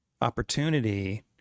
opportunity